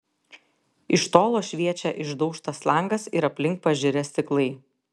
iš tolo šviečia išdaužtas langas ir aplink pažirę stiklai